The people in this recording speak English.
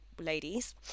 ladies